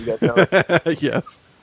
Yes